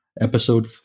Episode